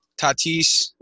Tatis